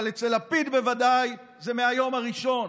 אבל אצל לפיד, בוודאי, זה מהיום הראשון.